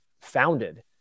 founded